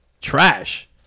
trash